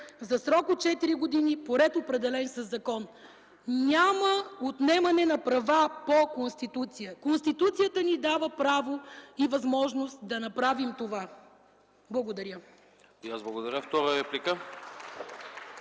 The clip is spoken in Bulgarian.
за срок от четири години по ред, определен със закон.” Няма отнемане на права по Конституция. Конституцията ни дава право и възможност да направим това. Благодаря.